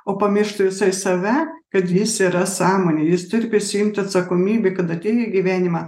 o pamiršta visai save kad jis yra sąmonė jis turi prisiimti atsakomybę kad atėjo į gyvenimą